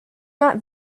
not